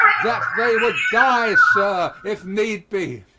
that they would die, sir, if need be,